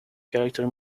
character